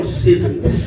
seasons